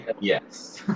Yes